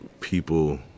people